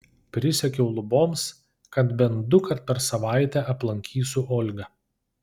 prisiekiau luboms kad bent dukart per savaitę aplankysiu olgą